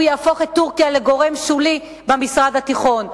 הוא יהפוך את טורקיה לגורם שולי במזרח התיכון.